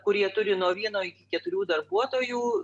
kurie turi nuo vieno iki keturių darbuotojų